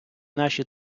наші